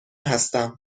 هستم